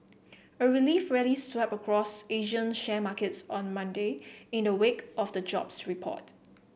a relief rally swept across Asian share markets on Monday in the wake of the jobs report